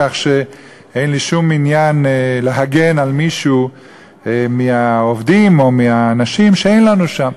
כך שאין לי שום עניין להגן על מישהו מהעובדים או מהאנשים שאין לנו שם.